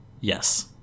Yes